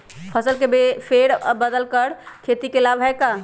फसल के फेर बदल कर खेती के लाभ है का?